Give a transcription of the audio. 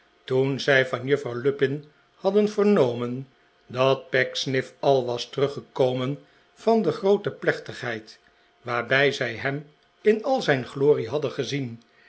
toen zij van juffrouw lupin hadden vernomen dat pecksniff al was teruggekomen van de groote plechtigheid waarbij zij hem in al zijn glorie hadden gezien